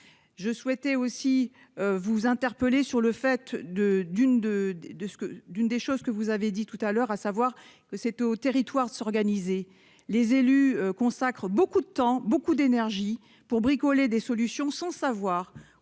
Je souhaitais aussi vous interpeller sur le fait de, d'une, de, de ce que d'une des choses que vous avez dit tout à l'heure, à savoir que c'était au territoire de s'organiser. Les élus consacrent beaucoup de temps, beaucoup d'énergie pour bricoler des solutions sans savoir